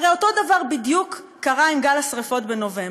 הרי אותו דבר בדיוק קרה עם גל השרפות בנובמבר.